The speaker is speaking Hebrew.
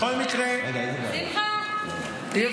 בכל מקרה, שמחה, בלי טריקים ושטיקים.